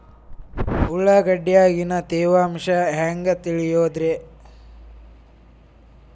ಉಳ್ಳಾಗಡ್ಯಾಗಿನ ತೇವಾಂಶ ಹ್ಯಾಂಗ್ ತಿಳಿಯೋದ್ರೇ?